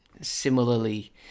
similarly